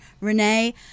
Renee